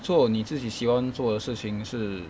做你自己喜欢做的事情是